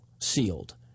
sealed